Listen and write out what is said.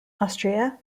austria